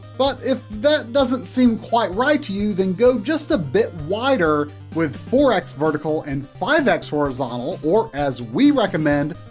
but if that doesn't seem quite right to you, go just a bit wider with four x vertical and five x horizontal, or, as we recommend,